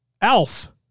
Elf